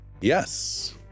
Yes